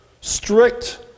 strict